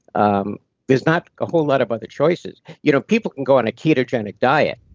um there's not a whole lot of other choices. you know people can go on a ketogenic diet,